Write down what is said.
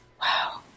Wow